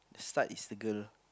start is the girl